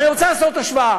אבל אני רוצה לעשות השוואה: